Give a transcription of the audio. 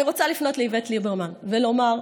אני רוצה לפנות לאיווט ליברמן ולומר,